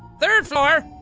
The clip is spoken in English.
third floor.